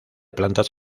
plantas